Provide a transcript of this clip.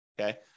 okay